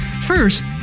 First